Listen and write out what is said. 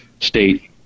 state